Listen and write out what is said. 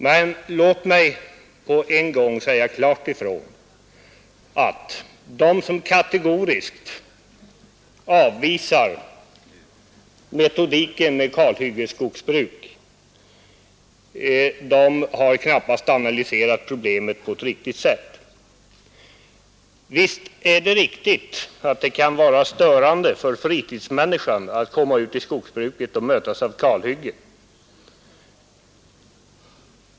Men jag vill också klart säga ifrån att de som kategoriskt avvisar metodiken med kalhyggesskogsbruk knappast har analyserat problemet på ett riktigt sätt. Visst är det riktigt att det kan vara störande för fritidsmänniskan att komma ut i skogen och mötas av ett kalhygge.